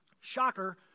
Shocker